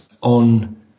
on